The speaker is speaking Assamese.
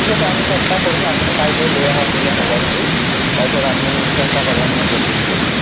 ঠিক আছে আমি চেষ্টা কৰিম আপুনি কাইলৈ লৈ আহক নিজৰ মবাইলটো তাৰ পিছত আমি চেষ্টা কৰিম আপোনাক জল্ডি দিবলৈ